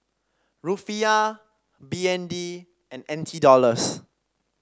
Rufiyaa B N D and N T Dollars